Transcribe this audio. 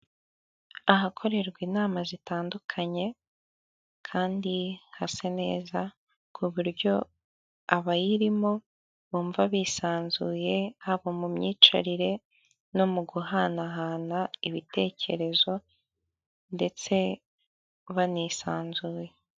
Ahakorerwa inama zitandukanye, kandi hasa neza ku buryo abayirimo bumva bisanzuye haba mu myicarire no mu guhanahana ibitekerezo ndetse banisanzuye.